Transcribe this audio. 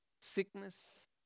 sickness